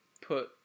put